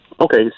Okay